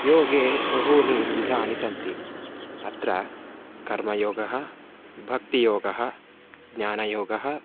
योगे बहवः विधाः सन्ति अत्र कर्मयोगः भक्तियोगः ज्ञानयोगः